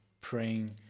praying